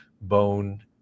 bone